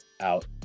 out